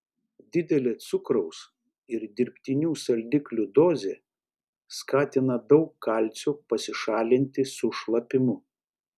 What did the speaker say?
didelė cukraus ir dirbtinių saldiklių dozė skatina daug kalcio pasišalinti su šlapimu